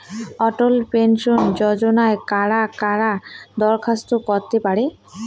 অটল pension যোজনায় কারা কারা দরখাস্ত করতে পারে?